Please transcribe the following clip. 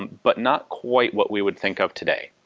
but not quite what we would think of today.